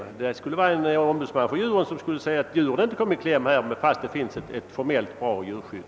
Vad jag åsyftade var en ombudsman för djuren, som skulle se till att djuren inte kommer i kläm, trots att det finns ett formellt sett bra djurskydd.